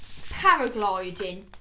paragliding